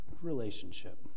relationship